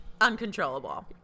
uncontrollable